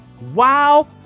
Wow